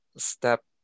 step